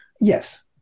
Yes